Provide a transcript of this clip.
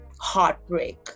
heartbreak